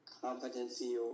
Competency